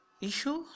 issue